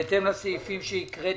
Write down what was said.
בהתאם לסעיפים שהקראנו?